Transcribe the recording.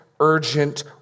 urgent